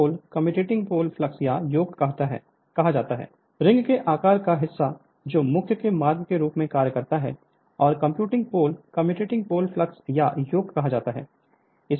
Refer Slide Time 1736 ring के आकार का हिस्सा जो मुख्य के मार्ग के रूप में कार्य करता है और commuting pole commutating pole flux को योक कहा जाता है